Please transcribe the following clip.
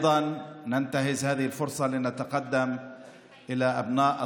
כמו כן ננצל הזדמנות זו לברך את בני העדה